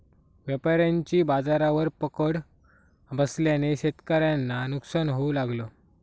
व्यापाऱ्यांची बाजारावर पकड बसल्याने शेतकऱ्यांना नुकसान होऊ लागलं